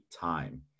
time